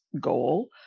goal